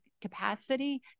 capacity